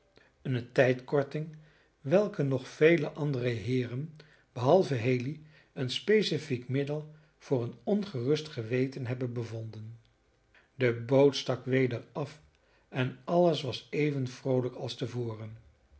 eene tijdkorting welke nog vele andere heeren behalve haley een specifiek middel voor een ongerust geweten hebben bevonden de boot stak weder af en alles was even vroolijk als te voren